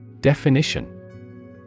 definition